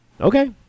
Okay